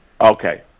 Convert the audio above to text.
Okay